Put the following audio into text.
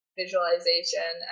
visualization